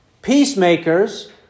Peacemakers